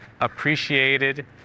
appreciated